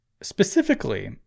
specifically